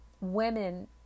women